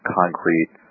concrete